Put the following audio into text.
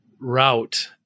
route